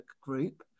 group